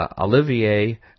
Olivier